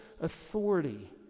authority